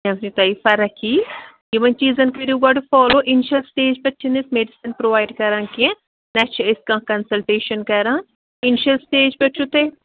ییٚمہِ سۭتۍ تۄہہِ فرق یی یِمن چیٖزَن کٔرِو گۄڈٕ فالوٗ اِنشیل سِٹیج پٮ۪ٹھ چھِنہٕ أسۍ میٚڈِسن پرٛووایڈ کَران کیٚنٛہہ نہَ چھِ أسۍ کانٛہہ کَنسَلٹیٚشَن کَران اِنشیل سِٹیج پٮ۪ٹھ چھُو تۄہہِ